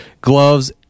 gloves